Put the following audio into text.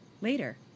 later